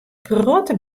protte